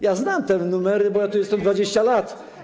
Ja znam te numery, bo ja tu jestem 20 lat.